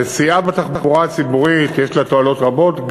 הנסיעה בתחבורה הציבורית יש לה תועלות רבות,